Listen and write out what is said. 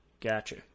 Gotcha